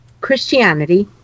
Christianity